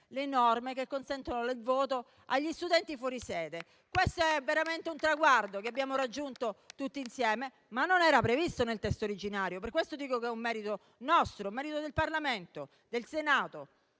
le norme che consentono il voto agli studenti fuori sede. Questo è veramente un traguardo che abbiamo raggiunto tutti insieme, ma non era previsto nel testo originario. Per questo dico che è un merito nostro, un merito del Parlamento, del Senato,